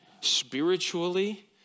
spiritually